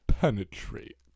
Penetrate